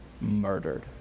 murdered